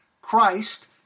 Christ